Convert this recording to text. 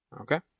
Okay